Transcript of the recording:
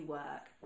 work